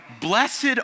Blessed